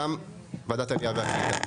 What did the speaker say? באולם ועדת העלייה והקליטה.